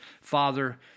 father